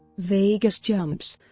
vegas jumps